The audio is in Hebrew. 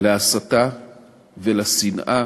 להסתה ולשנאה